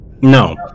No